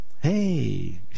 Hey